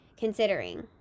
considering